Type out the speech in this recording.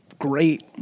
Great